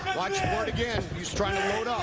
watch for it again. he's trying to load